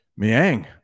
miang